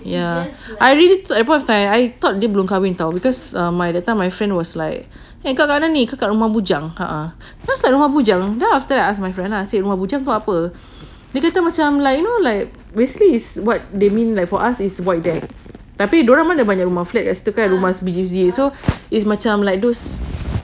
ya I already at that point of time I thought dia belum kahwin tahu because uh my that time my friend was like kau dekat rumah bujang uh uh then I was like rumah bujang then after that I ask my friend then I said rumah bujang tu apa dia kata macam like you know like basically is what they mean like for us is void deck tapi dorang mana rumah flat kat situ kan so is macam like those